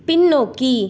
பின்னோக்கி